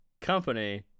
company